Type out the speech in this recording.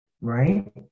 right